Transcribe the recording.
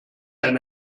ein